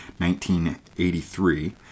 1983